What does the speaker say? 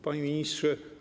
Panie Ministrze!